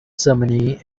ceremony